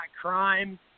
crime